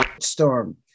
storm